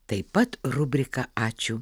taip pat rubrika ačiū